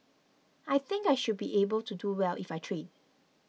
I think I should be able to do well if I train